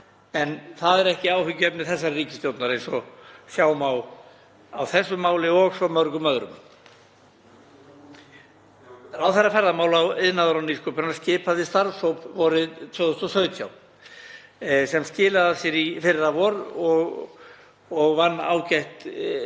en það er ekki áhyggjuefni þessarar ríkisstjórnar eins og sjá má á þessu máli og svo mörgum öðrum. Ráðherra ferðamála, iðnaðar og nýsköpunar skipaði starfshóp vorið 2017 sem skilaði af sér í fyrravor og vann ágætt